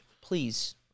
Please